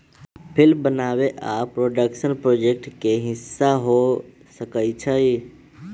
film बनाबे आ production project के हिस्सा हो सकइ छइ